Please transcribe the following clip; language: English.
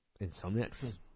insomniacs